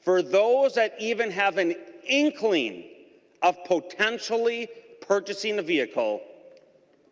for those that even have an increase i mean of potentially purchasing the vehicle